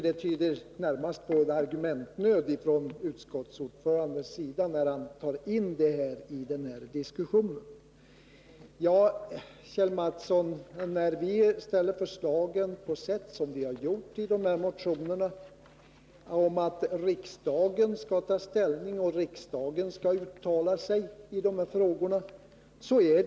Det tyder närmast på argumentnöd från utskottsordförandens sida, när han för in planoch bygglagen i denna diskussion. Vi har, Kjell Mattsson, framställt förslagen i våra motioner på det sätt som vi har gjort mot bakgrund av att vi inte har något större förtroende för regeringen när det gäller att behandla sådana här frågor.